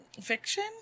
Fiction